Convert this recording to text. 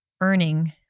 earning